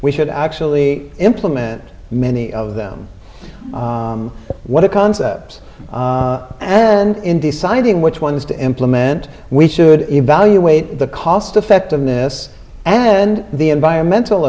we should actually implement many of them what are concepts and in deciding which ones to implement we should evaluate the cost effectiveness and the environmental